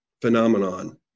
phenomenon